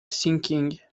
sinking